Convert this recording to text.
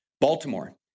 Baltimore